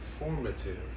informative